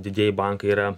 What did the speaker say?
didieji bankai yra